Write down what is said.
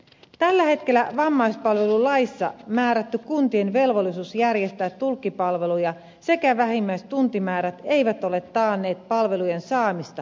tällä hetkellä vammaispalvelulaissa määrätty kuntien velvollisuus järjestää tulkkipalveluja sekä vähimmäistuntimäärät eivät ole taanneet palvelujen saamista riittävästi